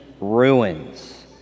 ruins